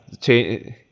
Change